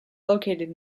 located